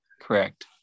correct